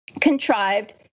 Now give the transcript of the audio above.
contrived